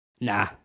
Nah